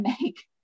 make